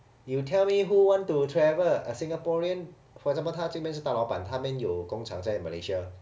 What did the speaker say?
you tell me who want to travel a singaporean for example 他今天是大老板他们有工厂在 malaysia